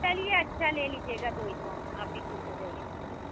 चलिये अच्छा ले लीजियेगा दो ही सौ में आप भी खुश हो जाइये